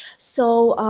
so